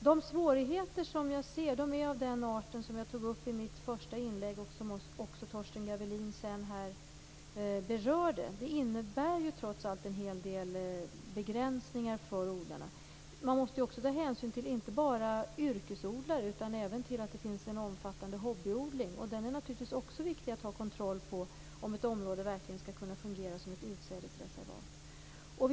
De svårigheter jag ser är av den art som jag tog upp i mitt första inlägg och som också Torsten Gavelin sedan berörde. Reservat innebär trots allt en hel del begränsningar för odlarna. Man måste ju ta hänsyn inte bara till yrkesodlarna utan även till den omfattande hobbyodlingen. Den är naturligtvis också viktig att ha kontroll på, om ett område verkligen skall kunna fungera som ett utsädesreservat.